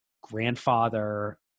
grandfather